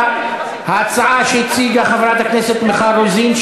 ההצעה שהציגה חברת הכנסת מיכל רוזין,